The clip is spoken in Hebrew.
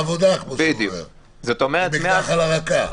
תוכנית העבודה, כמו שהוא אומר, עם אקדח על הרקע.